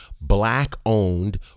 Black-owned